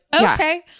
okay